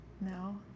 No